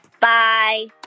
Bye